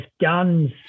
guns